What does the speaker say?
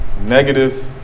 Negative